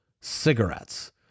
cigarettes